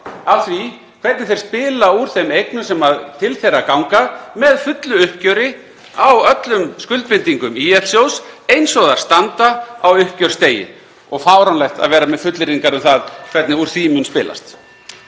af því hvernig þeir spila úr þeim eignum sem til þeirra ganga með fullu uppgjöri á öllum skuldbindingum ÍL-sjóðs eins og þær standa á uppgjörsdegi, og fáránlegt að vera með fullyrðingar um það hvernig úr því mun spilast.